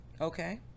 Okay